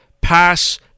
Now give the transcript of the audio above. pass